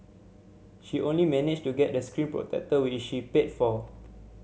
she only managed to get a screen protector which she paid for